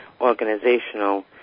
organizational